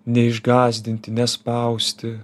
neišgąsdinti nespausti